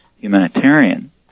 humanitarian